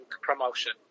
promotion